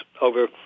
over